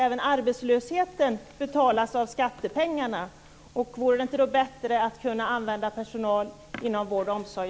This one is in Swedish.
Även arbetslösheten betalas ju med skattepengar. Vore det då inte bättre att i stället använda personal inom vård och omsorg?